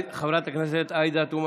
תודה.